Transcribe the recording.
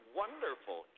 wonderful